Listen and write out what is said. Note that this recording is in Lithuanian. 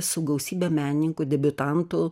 su gausybe menininkų debiutantų